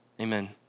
Amen